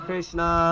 Krishna